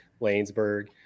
Lanesburg